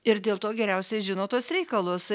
ir dėl to geriausiai žino tuos reikalus